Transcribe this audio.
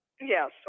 Yes